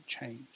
change